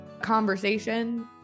conversation